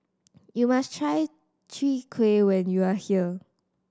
you must try Chwee Kueh when you are here